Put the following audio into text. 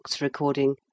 recording